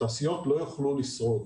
התעשיות לא יוכלו לשרוד.